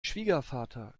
schwiegervater